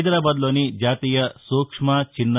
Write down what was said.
హైదరాబాద్లోని జాతీయ సూక్ష్మ చిన్న